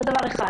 זה דבר אחד.